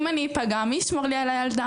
אם אני אפגע, מי ישמור לי על הילדה.